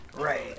Right